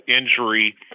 injury